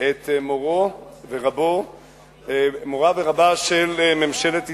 את מורה ורבה של ממשלת ישראל.